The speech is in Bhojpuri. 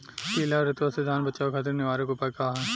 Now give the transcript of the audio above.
पीला रतुआ से धान बचावे खातिर निवारक उपाय का ह?